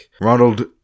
ronald